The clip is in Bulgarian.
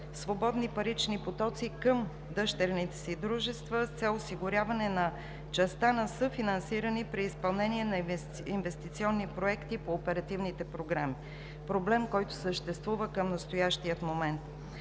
свободни парични потоци към дъщерните си дружества с цел осигуряване на частта на съфинансиране при изпълнение на инвестиционни проекти по оперативните програми – проблем, който съществува към настоящия момент.